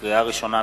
לקריאה ראשונה,